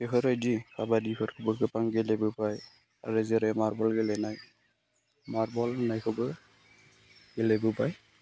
बेफोरबायदि काबाडिफोरखौबो गोबां गेलेबोबाय आरो जेरै मार्बल गेलेनाय मार्बल गेलेनायखौबो गेलेबोबाय